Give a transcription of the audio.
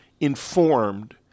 informed